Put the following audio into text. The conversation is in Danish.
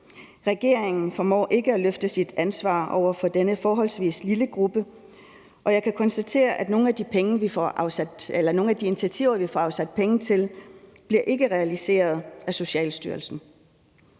Regeringen formår ikke at løfte sit ansvar over for denne forholdsvis lille gruppe, og jeg kan konstatere, at nogle af de initiativer, vi får afsat penge til, ikke bliver realiseret af Socialstyrelsen.